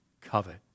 covet